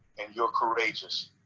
and your courageous.